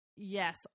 Yes